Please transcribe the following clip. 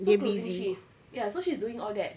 so closing shift ya so she's doing all that